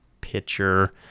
pitcher